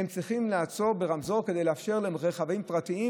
צריך לעצור ברמזור כדי לאפשר לרכבים פרטיים